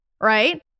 right